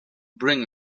bring